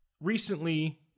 recently